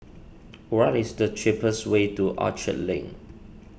what is the cheapest way to Orchard Link